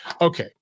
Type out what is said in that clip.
Okay